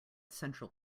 central